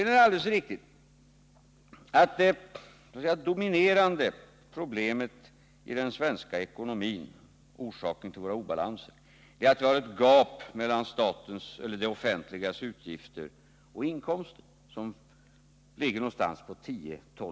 Det är alldeles riktigt att det dominerande problemet i den svenska ekonomin och orsaken till obalansen är gapet på 10-12 76 av BNP mellan de offentliga utgifterna och inkomsterna.